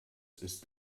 ist